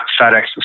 FedEx